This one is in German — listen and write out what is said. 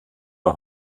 man